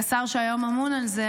כשר שהיום אמון על זה,